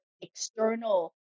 external